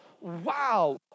wow